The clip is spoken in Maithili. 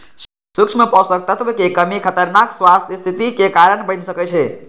सूक्ष्म पोषक तत्वक कमी खतरनाक स्वास्थ्य स्थितिक कारण बनि सकै छै